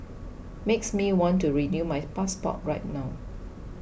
makes me want to renew my passport right now